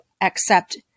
accept